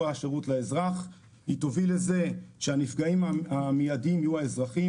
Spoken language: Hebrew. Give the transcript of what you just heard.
השירות לאזרח אלא היא תוביל לכך שהנפגעים המיידים יהיו האזרחים,